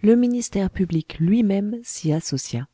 le ministère public lui-même s'y associa